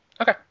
Okay